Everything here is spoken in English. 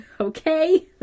Okay